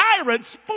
tyrants